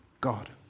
God